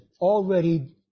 already